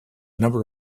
number